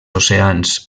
oceans